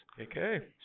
Okay